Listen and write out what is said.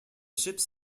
ships